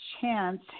Chance